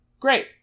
Great